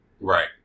right